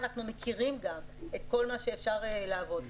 אנחנו מכירים גם את כל מה שאפשר לעבוד בו.